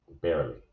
barely